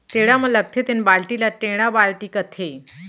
टेड़ा म लगथे तेन बाल्टी ल टेंड़ा बाल्टी कथें